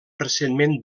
recentment